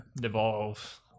devolve